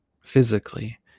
physically